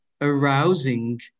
arousing